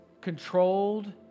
controlled